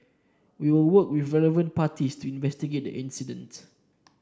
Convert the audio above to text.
we will work with relevant parties to investigate incident